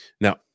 Now